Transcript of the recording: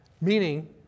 Meaning